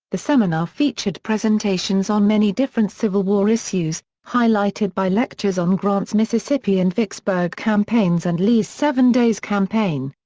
the seminar featured presentations on many different civil war issues, highlighted by lectures on grant's mississippi and vicksburg campaigns and lee's seven days' campaign.